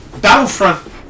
Battlefront